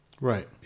Right